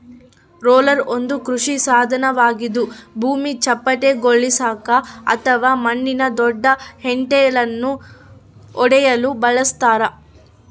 roller ಒಂದು ಕೃಷಿ ಸಾಧನವಾಗಿದ್ದು ಭೂಮಿ ಚಪ್ಪಟೆಗೊಳಿಸಾಕ ಅಥವಾ ಮಣ್ಣಿನ ದೊಡ್ಡ ಹೆಂಟೆಳನ್ನು ಒಡೆಯಲು ಬಳಸತಾರ